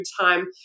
time